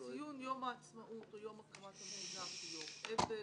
ציון יום העצמאות או יום הקמת המדינה כיום אבל,